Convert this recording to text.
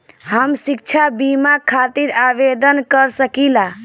हम शिक्षा बीमा खातिर आवेदन कर सकिला?